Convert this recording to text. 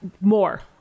more